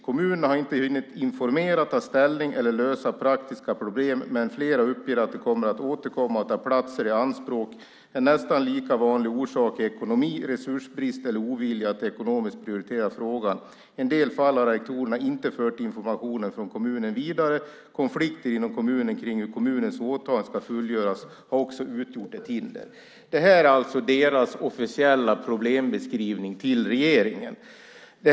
Kommunerna har inte hunnit informera och ta ställning eller lösa praktiska problem, men flera uppger att de kommer att återkomma och ta platser i anspråk. En nästan lika vanlig orsak är ekonomi, resursbrist eller ovilja att ekonomiskt prioritera frågan. I en del fall har rektorerna inte fört informationen från kommunen vidare. Konflikter inom kommunen kring hur kommunens åtaganden ska fullgöras har också utgjort ett hinder. Detta är alltså deras officiella problembeskrivning till regeringen.